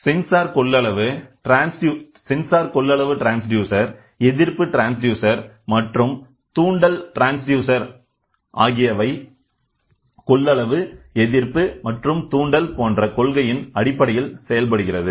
sensor கொள்ளளவு transducer எதிர்ப்பு transducer மற்றும் தூண்டல் ட்ரான்ஸ்டியூசர் ஆகியவை கொள்ளளவு எதிர்ப்பு மற்றும் தூண்டல் போன்ற கொள்கையின் அடிப்படையில் செயல்படுகிறது